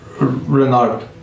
Renard